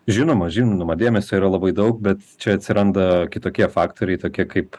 žinoma žinoma dėmesio yra labai daug bet čia atsiranda kitokie faktoriai tokie kaip